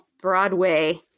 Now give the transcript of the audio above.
Broadway